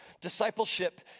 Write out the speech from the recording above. Discipleship